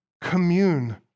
commune